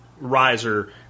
riser